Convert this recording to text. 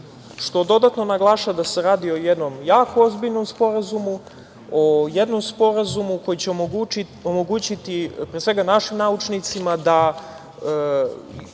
što dodatno naglašava da se radi o jednom jako ozbiljnom sporazumu, o jednom sporazumu koji će omogućiti pre svega našim naučnicima da